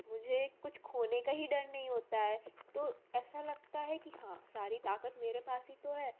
मुझे कुछ खोने का ही डर नहीं होता है तो ऐसा लगता है कि हाँ सारी ताक़त मेरे पास ही तो है